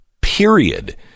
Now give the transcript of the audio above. period